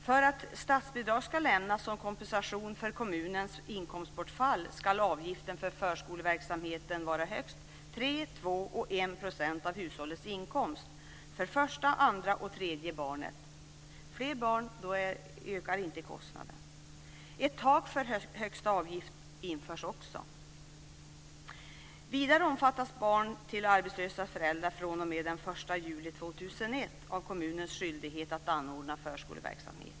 1 % av hushållets inkomst för första, andra och tredje barnet. För dem som har fler barn ökar kostnaden inte ytterligare. Ett tak för högsta avgift införs också. Vidare omfattas barn till arbetslösa föräldrar fr.o.m. den 1 juli 2001 av kommunens skyldighet att anordna förskoleverksamhet.